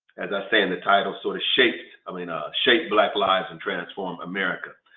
as i say in the title, sort of shaped i mean ah shaped black lives and transformed america.